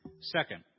second